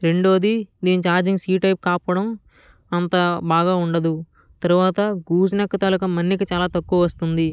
రెండవది దీని charging C type కాకపోవడం అంత బాగా ఉండదు తరువాత గూస్ నెక్ తాలూకా మన్నిక చాలా తక్కువ వస్తుంది